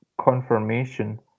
confirmation